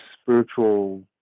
spiritual